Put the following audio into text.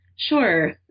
Sure